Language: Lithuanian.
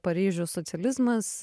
paryžius socializmas